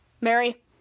Mary